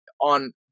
on